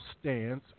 stance